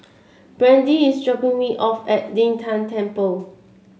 Brandee is dropping me off at Lin Tan Temple